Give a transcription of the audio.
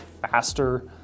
faster